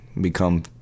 become